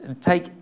Take